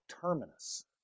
terminus